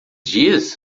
dias